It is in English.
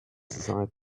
society